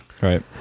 Right